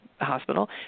hospital